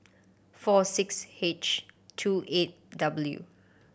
four six H two eight W